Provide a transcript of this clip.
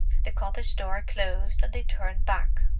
the cottage-door closed, and they turned back.